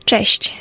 Cześć